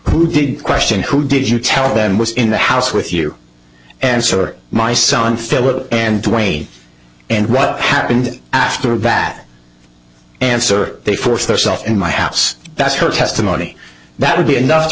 who did question who did you tell them was in the house with you answer my son philip and wade and what happened after that answer they forced herself in my house that's her testimony that would be eno